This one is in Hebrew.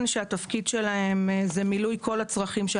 התפקיד שלהם הוא מילוי כל הצרכים של